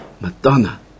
Madonna